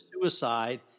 suicide